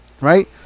Right